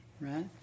right